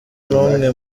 n’umwe